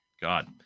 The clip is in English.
God